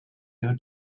due